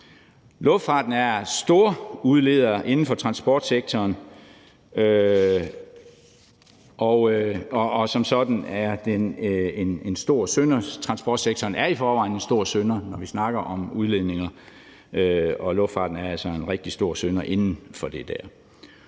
Luftfarten er storudleder inden for transportsektoren, og som sådan er den en stor synder. Transportsektoren er i forvejen en stor synder, når vi snakker om udledninger, og luftfarten er altså en rigtig stor synder inden for den.